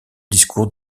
discours